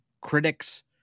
critics